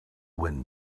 wind